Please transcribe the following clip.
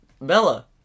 Bella